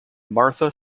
martha